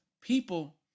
people